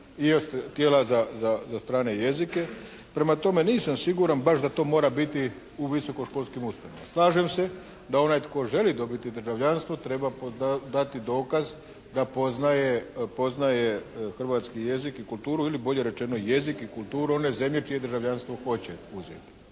I tijela za strane jezike. Prema tome nisam siguran baš da to mora biti u visokoškolskim ustanovama. Slažem se da onaj tko želi dobiti državljanstvo treba dati dokaz da poznaje hrvatski jezik i kulturu ili bolje rečeno jezik i kulturu one zemlje čije državljanstvo hoće uzeti.